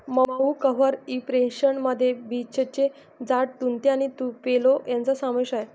मऊ cover impression मध्ये बीचचे झाड, तुती आणि तुपेलो यांचा समावेश आहे